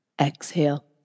Exhale